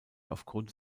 aufgrund